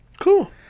Cool